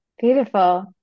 beautiful